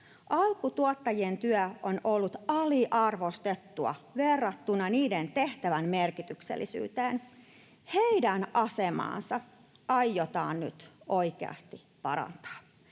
Alkutuottajien työ on ollut aliarvostettua verrattuna niiden tehtävän merkityksellisyyteen. Heidän asemaansa aiotaan nyt oikeasti parantaa.